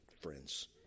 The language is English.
friends